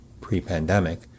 pre-pandemic